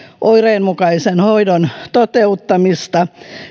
oireenmukaisen hoidon toteuttamista